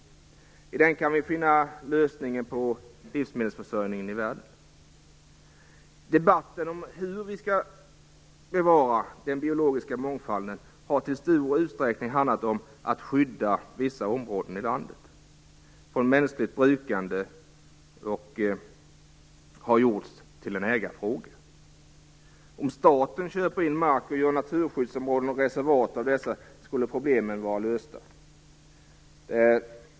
I den kan vi finna lösningen på livsmedelsförsörjningen i världen. Debatten om hur vi skall bevara den biologiska mångfalden har i stor utsträckning handlat om att skydda vissa områden i landet från mänskligt brukande. Det har gjorts till en ägarfråga. Om staten köper in mark och gör naturskyddsområden och reservat av den skulle problemen vara lösta.